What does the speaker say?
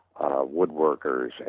woodworkers